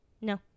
no